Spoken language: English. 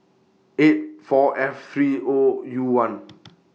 eight four three O U one